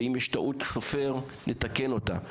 ואם יש טעות סופר נתקן אותה.